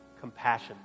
compassion